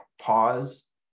pause